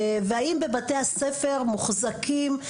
והאם בבתי הספר מוחזקים,